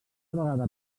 vegada